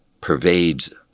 pervades